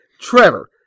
Trevor